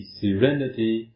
serenity